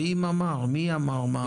מי אמר מה אמור?